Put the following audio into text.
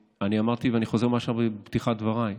אמרתי ואני חוזר על מה שאמרתי בפתיחת דבריי,